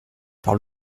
par